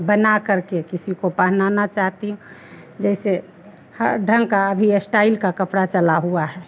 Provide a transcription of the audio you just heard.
बना करके किसी को पहनना चाहती हूँ जैसे हर ढंग का अभी अस्टइल का कपड़ा चला हुआ है